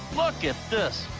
look at this.